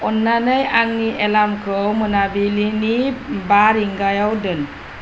अन्नानै आंनि एलार्मखौ मोनाबिलिनि बा रिंगायाव दोन